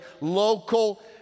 local